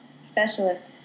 specialist